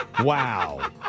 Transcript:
Wow